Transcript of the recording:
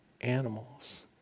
animals